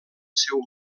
seu